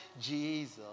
Jesus